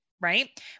right